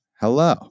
Hello